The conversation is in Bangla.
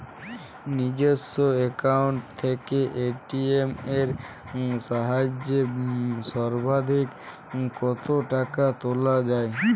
নিজস্ব অ্যাকাউন্ট থেকে এ.টি.এম এর সাহায্যে সর্বাধিক কতো টাকা তোলা যায়?